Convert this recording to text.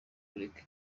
kureka